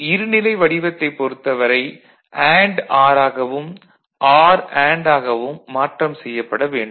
இருநிலை வடிவத்தைப் பொறுத்தவரை and or ஆகவும் ஆர் அண்டு ஆகவும் மாற்றம் செய்யப்படவேண்டும்